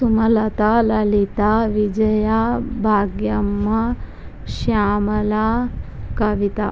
Sumalatha Lalitha Vijaya Bhagyamma Shyamala Kavitha